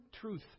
truth